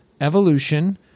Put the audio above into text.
evolution